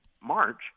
March